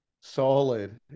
solid